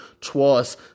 twice